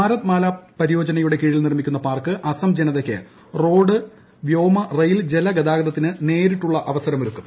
ഭാരത് മാല പരിയോജനയുടെ കീഴിൽ നിർമ്മിക്കുന്ന പാർക്ക് അസം ജനതയ്ക്ക് വ്യോമ റോഡ് റെയിൽ ജലഗതാഗതത്തിന് നേരിട്ടുള്ള അവസരമൊരുക്കും